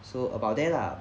so about there lah